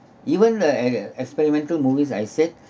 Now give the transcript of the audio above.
even the ex~ experimental movies I said